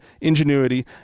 ingenuity